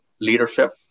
leadership